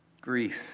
Grief